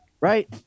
Right